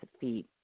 feet